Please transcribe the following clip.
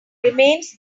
remains